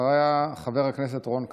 אחריה, חבר הכנסת רון כץ.